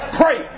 pray